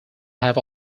have